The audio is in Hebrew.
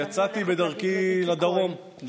יצאתי בדרכי לדרום,